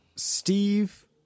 Steve